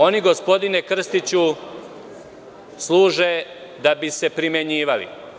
Oni, gospodine Krstiću, služe da bi se primenjivali.